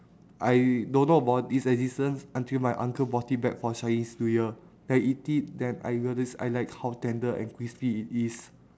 I don't know about it's existence until my uncle bought it back for chinese new year then I eat it then I realise I like how tender and crispy it is